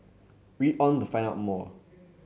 read on to find out more